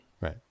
Right